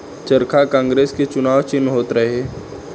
चरखा कांग्रेस के चुनाव चिन्ह होत रहे